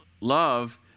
love